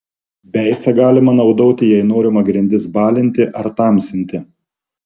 beicą galima naudoti jei norima grindis balinti ar tamsinti